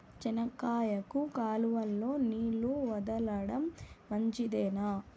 చెనక్కాయకు కాలువలో నీళ్లు వదలడం మంచిదేనా?